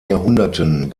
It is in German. jahrhunderten